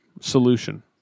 Solution